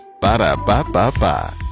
Ba-da-ba-ba-ba